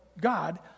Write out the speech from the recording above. God